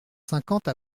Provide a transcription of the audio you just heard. cinquante